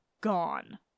gone